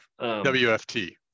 WFT